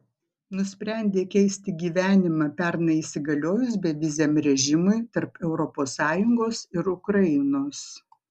nusprendė keisti gyvenimą pernai įsigaliojus beviziam režimui tarp europos sąjungos ir ukrainos